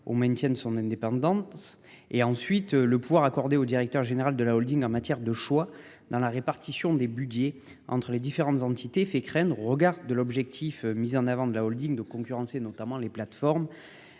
au maintien de son indépendance et ensuite le pouvoir accordé au directeur général de la Holding en matière de choix dans la répartition des Budgets entre les différentes entités fait craindre au regard de l'objectif mise en avant de la Holding de concurrencer notamment les plateformes.